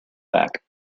back